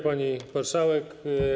Pani Marszałek!